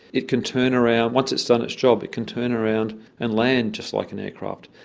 it can turn around, once it's done its job it can turn around and land just like an aircraft.